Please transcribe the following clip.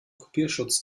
kopierschutz